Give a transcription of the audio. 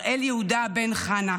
הראל יהודה בן חנה,